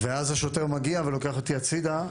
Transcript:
ואז השוטר מגיע ולוקח אותי הצדה.